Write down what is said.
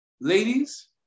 ladies